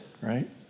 right